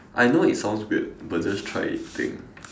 I know it sounds weird but just try it thing